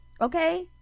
Okay